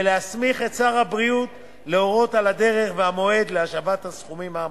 ולהסמיך את שר הבריאות להורות על הדרך ועל המועד להשבת הסכומים האמורים.